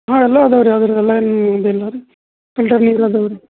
ಹಾಂ ಎಲ್ಲ ಅದಾವೆ ರೀ ಆದ್ರೆ ಎಲ್ಲ ನಿಮ್ದು ಎಲ್ಲ ರೀ ಫಿಲ್ಟರ್ ನೀರು ಅದವೆ ರೀ